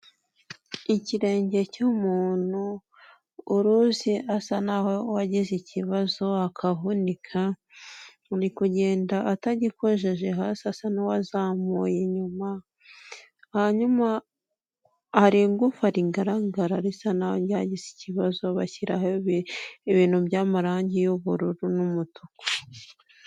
Ikirenge cy'umuntu uruzi asa n'aho wagize ikibazo akavunika, uri kugenda atagikojeje hasi asa n'uwazamuye inyuma, hanyuma hari igufa rigaragara risa n'aho ryagize ikibazo bashyira ibintu by'amarangi y'ubururu n'umutuku.